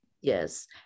Yes